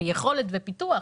יכולת ופיתוח.